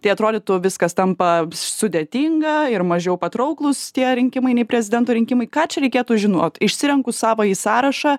tai atrodytų viskas tampa sudėtinga ir mažiau patrauklūs tie rinkimai nei prezidento rinkimai ką čia reikėtų žinot išsirenku savąjį sąrašą